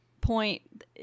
point